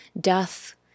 death